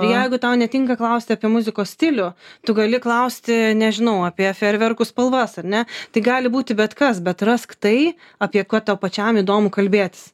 ir jeigu tau netinka klausti apie muzikos stilių tu gali klausti nežinau apie fejerverkų spalvas ar ne tai gali būti bet kas bet rask tai apie ką tau pačiam įdomu kalbėtis